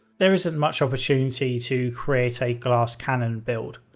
there isn't much opportunity to create a glass cannon build.